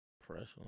Pressure